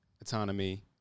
Autonomy